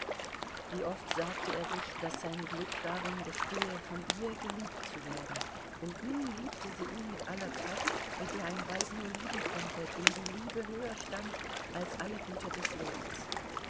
wie oft sagte er sich daß sein glück darin bestehe von ihr geliebt zu werden und nun liebte sie ihn mit aller kraft mit der ein weib nur lieben konnte dem die liebe höher stand als alle güter des lebens